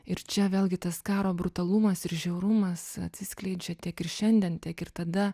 ir čia vėlgi tas karo brutalumas ir žiaurumas atsiskleidžia tiek ir šiandien tiek ir tada